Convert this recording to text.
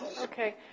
Okay